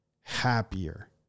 happier